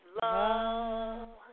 love